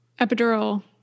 Epidural